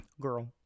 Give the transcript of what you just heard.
Girl